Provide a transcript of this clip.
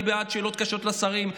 אני בעד שאלות קשות לשרים.